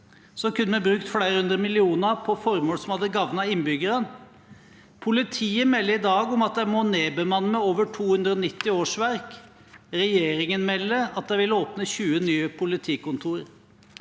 Da kunne vi brukt flere hundre millioner kroner på formål som hadde gavnet innbyggerne. Politiet melder i dag om at de må nedbemanne med over 290 årsverk. Regjeringen melder at de vil åpne 20 nye politikontorer.